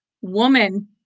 woman